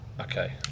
Okay